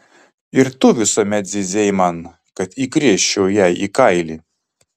ir tu visuomet zyzei man kad įkrėsčiau jai į kailį